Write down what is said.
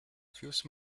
fuse